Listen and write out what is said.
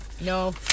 No